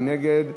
מי נגד?